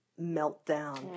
meltdown